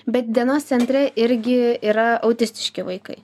bet dienos centre irgi yra autistiški vaikai